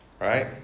right